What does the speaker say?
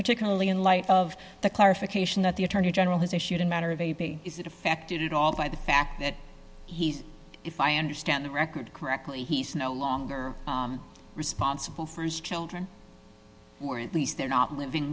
particularly in light of the clarification that the attorney general has issued in matter of a b is it affected at all by the fact that he's if i understand the record correctly he's no longer responsible for his children or at least they're not living